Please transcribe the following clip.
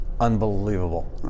unbelievable